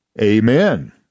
Amen